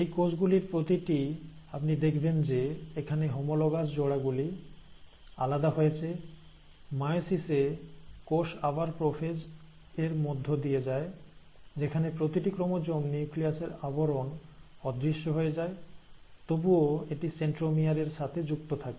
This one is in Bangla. এই কোষগুলির প্রতিটি আপনি দেখবেন যে এখানে হোমোলোগাস জোড়গুলি আলাদা হয়েছে মায়োসিস এ কোষ আবার প্রোফেজ এর মধ্য দিয়ে যায় যেখানে প্রতিটি ক্রোমোজোম নিউক্লিয়াসের আবরণ অদৃশ্য হয়ে যায় তবুও এটি সেন্ট্রোমিয়ার এর সাথে যুক্ত থাকে